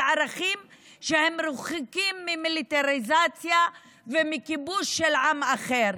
ערכים שהם רחוקים ממיליטריזציה ומכיבוש של עם אחר.